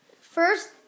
first